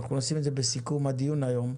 אנחנו נשים את זה בסיכום הדיון היום,